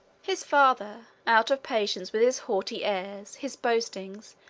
his father, out of patience with his haughty airs, his boastings,